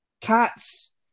Cats